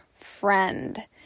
friend